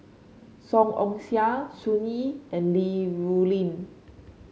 Song Ong Siang Sun Yee and Li Rulin